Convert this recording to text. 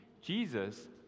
Jesus